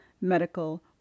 medical